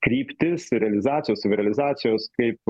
kryptis realizacijos savirealizacijos kaip